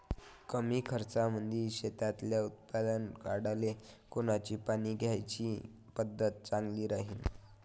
कमी खर्चामंदी शेतातलं उत्पादन वाढाले कोनची पानी द्याची पद्धत चांगली राहीन?